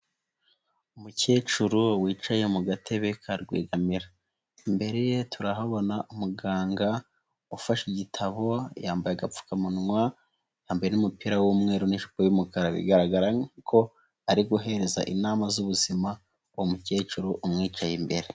Umukecuru wicaye mu gatebe ka rwigamira imbere ye turahabona umuganga ufashe igitabo yambaye agapfukamunwa, yambaye n'umupira w'umweru n'ijipo y'umukara bigaragara ko ari guhereza inama z'ubuzima uwo mukecuru umwicaye imbere.